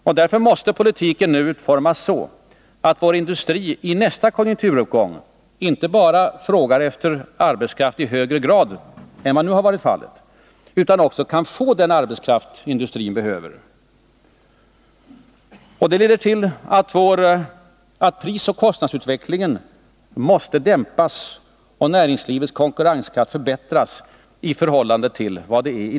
Politiken måste därför utformas så, att vår industri under nästa konjunkturuppgång inte bara frågar efter arbetskraft i högre grad än vad som nu har varit fallet utan också får den arbetskraft den behöver. Det leder till att prisoch kostnadsutvecklingen måste dämpas och näringslivets konkurrenskraft förbättras i förhållande till nuläget.